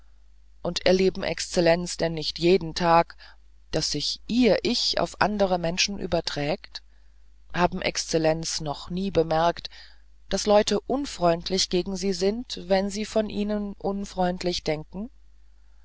und erleben exzellenz denn nicht jeden tag daß sich ihr ich auf andere menschen überträgt haben exzellenz noch nie beobachtet daß leute unfreundlich gegen sie sind wenn sie von ihnen unfreundlich denken